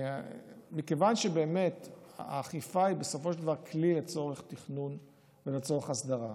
מכיוון שבאמת האכיפה היא בסופו של דבר כלי לצורך תכנון ולצורך הסדרה,